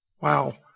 Wow